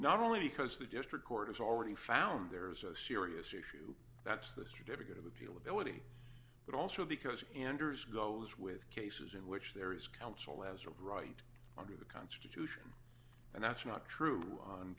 not only because the district court has already found there is a serious issue that's the certificate of appeal ability but also because anders goes with cases in which there is counsel as of right constitution and that's not true on